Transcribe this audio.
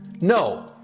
No